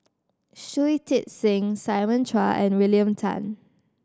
Shui Tit Sing Simon Chua and William Tan